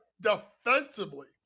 defensively